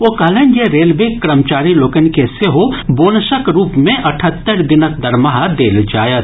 ओ कहलनि जे रेलवेक कर्मचारी लोकनि के सेहो बोनसक रूप मे अठहत्तरि दिनक दरमाहा देल जायत